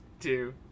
two